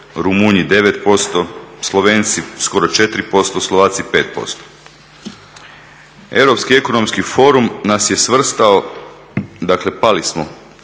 Rumunji 9%, Slovenci skoro 4%, Slovaci 5%. Europski ekonomski forum nas je svrstao, dakle pali smo